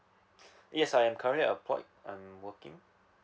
yes I am currently employed I'm working